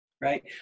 right